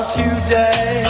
today